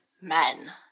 men